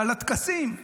על הטקסים,